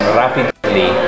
rapidly